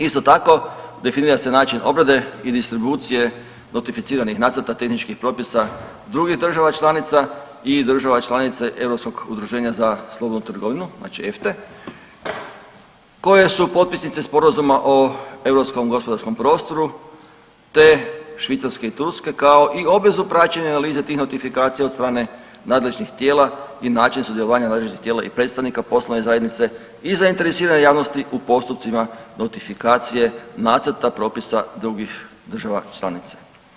Isto tako definira se način obrade i distribucije notificiranih nacrta tehničkih propisa drugih država članica i država članice Europskog udruženja za slobodnu trgovinu EFTA koje su potpisnice sporazuma o europskom gospodarskom prostoru te Švicarske i Turske kao i obvezu praćenja analize tih notifikacija od strane nadležnih tijela i način sudjelovanja nadležnih tijela i predstavnika poslovne zajednice i zainteresirane javnosti u postupcima notifikacije nacrta propisa drugih država članica.